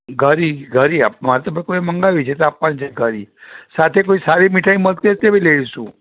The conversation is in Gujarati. ઘારી ઘારી આપ માર તો પણ કોઈએ મંગાવી છે તો આપવાની છે ઘારી સાથે કોઈ સારી મીઠાઈ મળતી હોય તો તે બી લઈ જઈશું